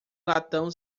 latão